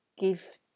give